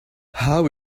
how